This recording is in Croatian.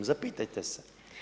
Zapitajte se.